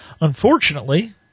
Unfortunately